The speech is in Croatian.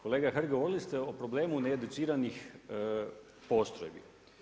Kolega Hrg, govorili ste o problemu ne educiranih postrojbi.